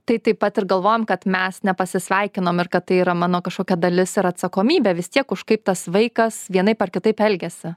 tai taip pat ir galvojam kad mes nepasisveikinom ir kad tai yra mano kažkokia dalis ir atsakomybė vis tiek už kaip tas vaikas vienaip ar kitaip elgiasi